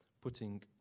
putting